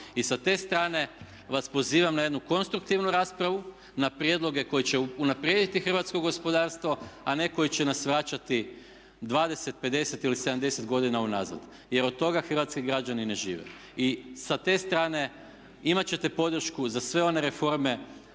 I sa te strane vas pozivam na jednu konstruktivnu raspravu, na prijedloge koji će unaprijediti hrvatsko gospodarstvo a ne koji će nas vraćati 20, 50 ili 70 godina unazad jer od toga hrvatski građani ne žive. I sa te strane imati čete podršku za sve one reforme